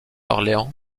orléans